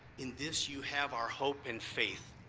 in this, you have our hope and faith,